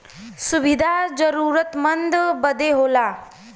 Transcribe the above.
सुविधा जरूरतमन्द बदे होला